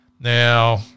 Now